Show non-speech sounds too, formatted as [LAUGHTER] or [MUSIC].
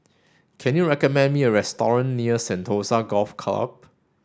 can you recommend me a [UNINTELLIGIBLE] near Sentosa Golf Club